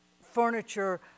furniture